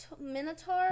minotaur